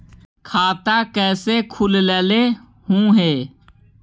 खाता कैसे खोलैलहू हे?